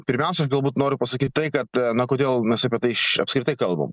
pirmiausia aš galbūt noriu pasakyt tai kad na kodėl mes apie tai apskritai kalbam